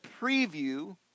preview